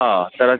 हां तर